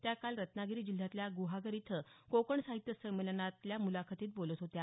त्या काल रत्नागिरी जिल्ह्यातल्या गुहागर इथं कोकण साहित्य संमेलनातल्या मुलाखतीत बोलत होत्या